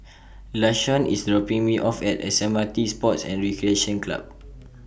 Lashawn IS dropping Me off At S M R T Sports and Recreation Club